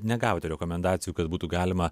negavote rekomendacijų kad būtų galima